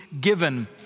given